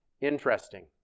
Interesting